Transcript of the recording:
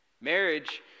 Marriage